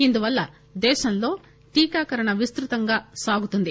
ఇందువల్ల దేశంలో టీకాకరణ విస్తృతంగా సాగుతుంది